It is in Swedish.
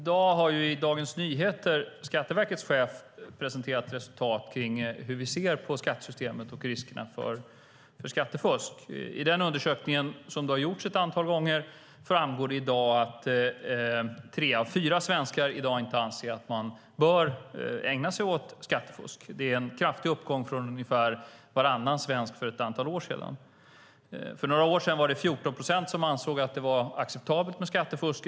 Fru talman! I dag har Skatteverkets chef i Dagens Nyheter presenterat resultat kring hur vi ser på skattesystemet och riskerna för skattefusk. Av den undersökningen, som har gjorts ett antal gånger, framgår det att tre av fyra svenskar i dag inte anser att man bör ägna sig åt skattefusk. Det är en kraftig uppgång från ungefär varannan svensk för ett antal år sedan. För några år sedan var det 14 procent som ansåg att det var acceptabelt med skattefusk.